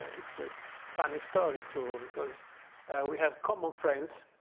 it's a funny story, too, because we have common friends.